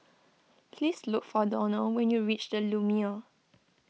please look for Donald when you reach the Lumiere